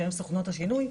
שהן סוכנות השינוי,